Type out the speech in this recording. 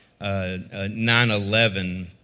9-11